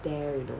there you know